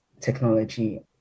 technology